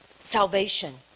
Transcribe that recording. salvation